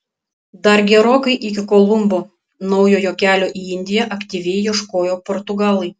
dar gerokai iki kolumbo naujojo kelio į indiją aktyviai ieškojo portugalai